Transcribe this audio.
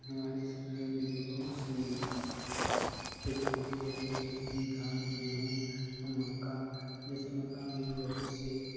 हमारी बहुत सी खेती होती है कि कि है धान गेहूँ मक्का जैसे मक्का में बहुत सी